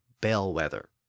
bellwether